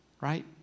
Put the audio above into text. right